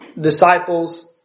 disciples